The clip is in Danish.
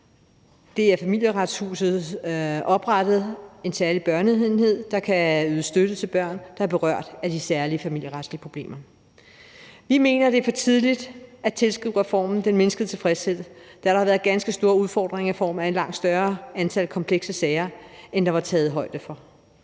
centrum. Familieretshuset oprettede en særlig børneenhed, der kan yde støtte til børn, der er berørt af de særlige familieretlige problemer. Vi mener, at det er for tidligt at tilskrive reformen den mindskede tilfredshed, da der har været ganske store udfordringer i form af et langt større antal komplekse sager, end der var taget højde for.